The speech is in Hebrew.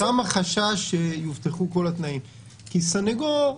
כי סנגור,